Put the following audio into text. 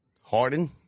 Harden